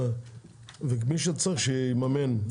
ומי שצריך שיממן.